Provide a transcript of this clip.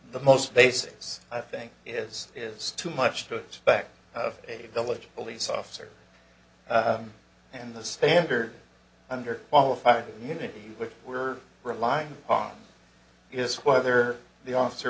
the most basics i think is is too much to expect of a village police officer and the standard under qualified immunity which we're relying upon is whether the